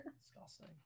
disgusting